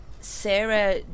Sarah